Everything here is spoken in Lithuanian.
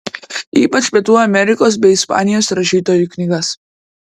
ypač pietų amerikos bei ispanijos rašytojų knygas